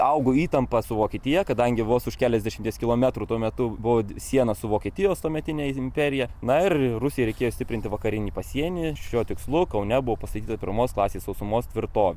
augo įtampa su vokietija kadangi vos už keliasdešimties kilometrų tuo metu buvo siena su vokietijos tuometine imperija na ir rusijai reikėjo stiprinti vakarinį pasienį šiuo tikslu kaune buvo pastatyta pirmos klasės sausumos tvirtovė